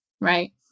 right